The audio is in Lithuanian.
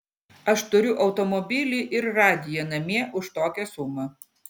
aš turiu automobilį ir radiją namie už tokią sumą